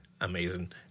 Amazing